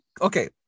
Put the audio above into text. okay